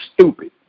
stupid